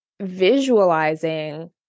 visualizing